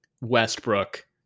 Westbrook